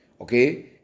Okay